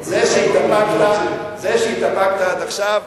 זה שהתאפקת עד עכשיו,